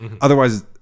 Otherwise